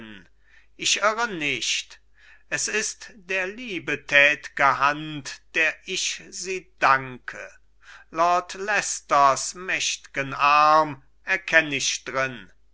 ich irre nicht es ist der liebe tät'ge hand der ich sie danke lord leicesters mächt'gen arm erkenn ich drin